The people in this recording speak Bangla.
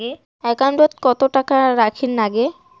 একাউন্টত কত টাকা রাখীর নাগে?